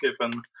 given